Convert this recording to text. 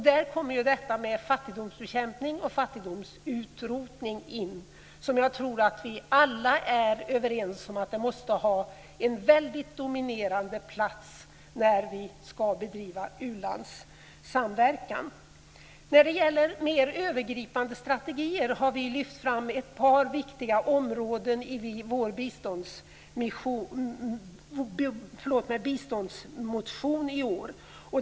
Där kommer fattigdomsbekämpning och fattigdomsutrotning in, som jag tror att vi alla är överens om måste ha en väldigt dominerande plats när vi ska bedriva ulandssamverkan. När det gäller mer övergripande strategier har vi lyft fram ett par viktiga områden i vår biståndsmotion i år.